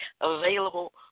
available